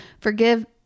Forgive